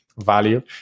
value